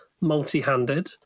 multi-handed